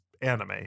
anime